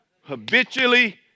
Habitually